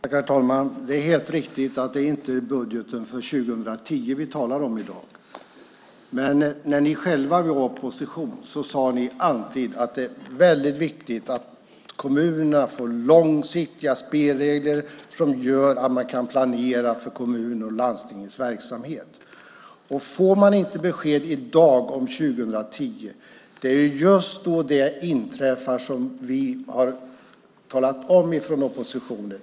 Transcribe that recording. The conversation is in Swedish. Herr talman! Det är helt riktigt att vi i dag inte talar om budgeten för 2010. Men när ni själva var i opposition sade ni alltid att det är väldigt viktigt att kommunerna får långsiktiga spelregler. Det gör att man kan planera för kommunernas och landstingens verksamhet. Får man inte i dag besked om år 2010 inträffar just det som vi har talat om från oppositionen.